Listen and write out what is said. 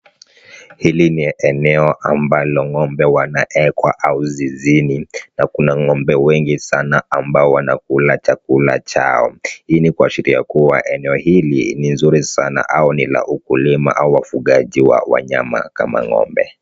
Hili ni eneo ambalo ng'ombe wanaekwa au zizini na kuna ng'ombe wengi sana ambao wanakula chakula chao. Hii ni kuashiria kuwa eneo hili ni nzuri sana au ni la ukulima au wafugaji wa wanyama kama ng'ombe.